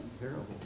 terrible